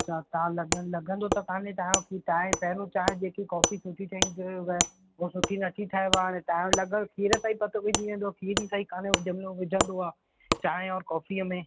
अच्छा तव्हां लॻ लॻंदो त काने तव्हांजो खीर चांहि पहिरूं चांहि जेकी कॉफ़ी सुठी ठहंदी हुयव उअं सुठी न थी ठहेव हाणे तव्हांजो लॻभॻि खीर सां ई पतो पेईजी वेंदो खीर ई सही काने जंहिं में उहो विझंदो आहे चांहि ऐं कॉफ़ीअ में